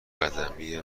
قدمی